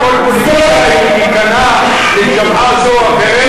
במקום שכל פוליטיקאי ייכנע לשוועה זו או אחרת,